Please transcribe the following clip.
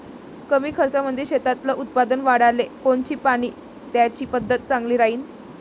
कमी खर्चामंदी शेतातलं उत्पादन वाढाले कोनची पानी द्याची पद्धत चांगली राहीन?